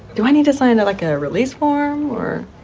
do i need to sign like a release form or.